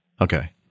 Okay